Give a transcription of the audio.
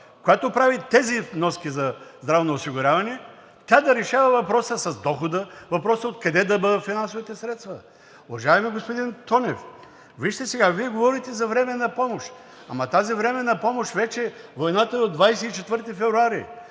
която прави тези вноски за здравно осигуряване, тя да решава въпроса с дохода, въпроса откъде да бъдат финансовите средства? Уважаеми господин Тонев, вижте, сега Вие говорите за временна помощ, ама тази временна помощ, вече войната е от 24 февруари,